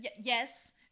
Yes